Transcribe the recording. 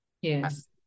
Yes